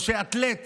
או שאתלט